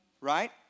right